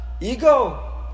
Ego